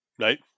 Right